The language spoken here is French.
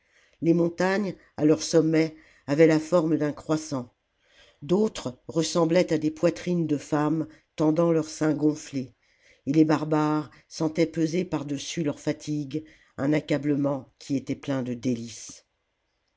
les montagnes à leur sommet avaient la forme d'un croissant d'autres ressemblaient à des poitrines de femme tendant leurs seins gonflés et les barbares sentaient peser pardessus leurs fatigues un accablement qui était plein de délices